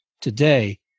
today